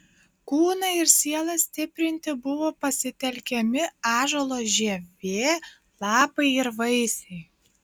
kūną ir sielą stiprinti buvo pasitelkiami ąžuolo žievė lapai ir vaisiai